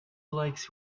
likes